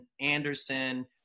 Anderson –